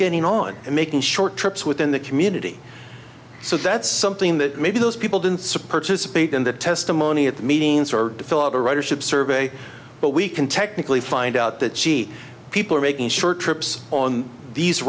getting on and making short trips within the community so that's something that maybe those people didn't support to speak in the testimony at the meetings or to fill out a ridership survey but we can technically find out that she people are making short trips on these